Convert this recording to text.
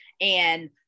And-